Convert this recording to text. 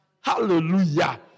Hallelujah